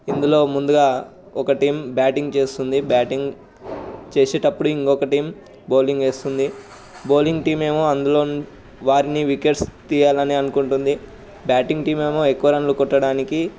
ఇందులో ముందుగా ఒక టీం బ్యాటింగ్ చేస్తుంది బ్యాటింగ్ చేసేటప్పుడు ఇంకొక టీం బౌలింగ్ వేస్తుంది బౌలింగ్ టీమ్ ఏమో అందులో వారిని వికెట్స్ తీయాలని అనుకుంటుంది బ్యాటింగ్ టీం ఏమో ఎక్కువ రన్స్ కొట్టడానికి